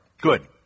Good